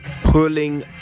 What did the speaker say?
pulling